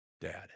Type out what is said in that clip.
Dad